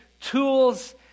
tools